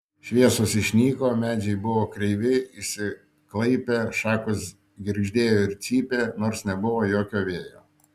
šviesos išnyko medžiai buvo kreivi išsiklaipę šakos girgždėjo ir cypė nors nebuvo jokio vėjo